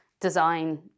design